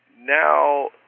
Now